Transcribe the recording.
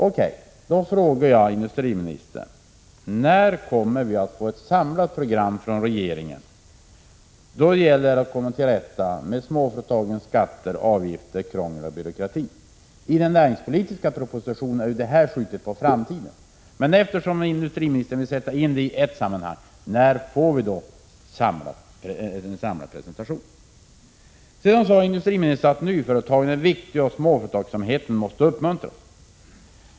O.K., då frågar jag industriministern: När kommer vi att få ett samlat program från regeringen då det gäller att komma till rätta med småföretagens skatter, med avgifter, krångel och byråkrati? I den näringspolitiska propositionen har ju detta skjutits på framtiden. Men eftersom industriministern vill sätta in det i ett sammanhang, vill jag alltså fråga: När får vi en samlad presentation? Industriministern sade att nyföretagandet är viktigt samt att småföretagsamheten måste uppmuntras.